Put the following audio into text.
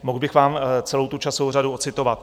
Mohl bych vám celou tu časovou řadu odcitovat.